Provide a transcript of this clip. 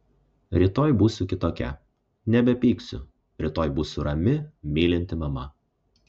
rytoj būsiu kitokia nebepyksiu rytoj būsiu rami mylinti mama